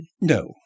No